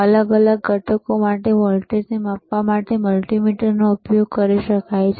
અલગ ઘટકો માટે પણ વોલ્ટેજ માપવા માટે મલ્ટિમીટરનો ઉપયોગ કરી શકાય છે